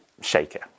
shaker